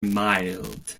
mild